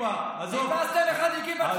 הכנסתם אחד עם כיפה,